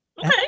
Okay